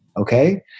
Okay